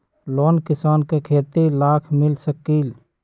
Loan किसान के खेती लाख मिल सकील?